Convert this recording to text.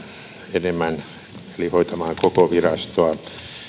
enemmän eli hoitamaan koko virastoa